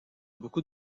beaucoup